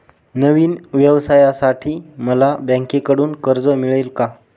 नवीन व्यवसायासाठी मला बँकेकडून कर्ज मिळेल का?